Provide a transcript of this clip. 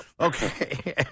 Okay